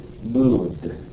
moved